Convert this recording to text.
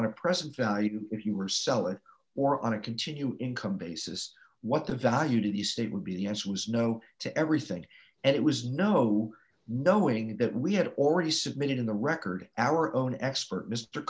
value if you were selling or on a continuous income basis what the value to the state would be the answer was no to everything and it was no knowing that we had already submitted in the record our own expert m